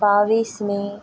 बाव्वीस मे